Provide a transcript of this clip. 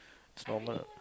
is normal